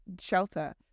shelter